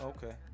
Okay